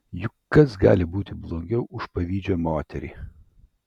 juk kas gali būti blogiau už pavydžią moterį